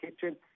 kitchen